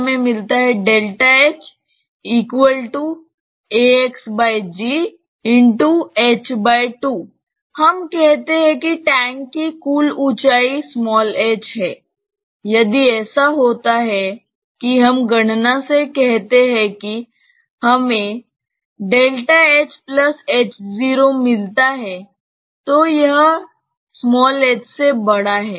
हम कहते हैं कि टैंक की कुल ऊंचाई h है यदि ऐसा होता है कि हम गणना से कहते हैं कि हमें hh0 मिलता है तो यह h से बड़ा है